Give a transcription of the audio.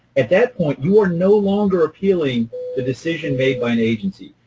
at that point you are no longer appealing the decision made by an agency.